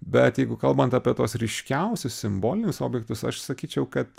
bet jeigu kalbant apie tuos ryškiausius simbolinius objektus aš sakyčiau kad